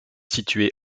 située